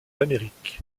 l’amérique